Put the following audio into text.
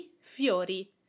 fiori